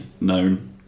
known